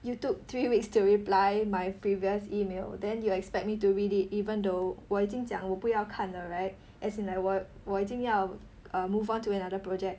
you took three weeks to reply my previous email then you expect me to read it even though 我已经讲我不要看了 right as in like 我我已经要 err move on to another project